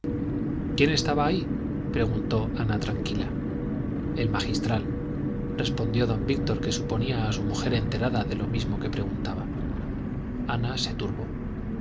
quién estaba ahí preguntó ana tranquila el magistral respondió don víctor que suponía a su mujer enterada de lo mismo que preguntaba ana se turbó